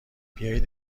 بیایید